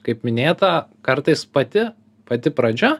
kaip minėta kartais pati pati pradžia